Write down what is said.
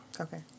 Okay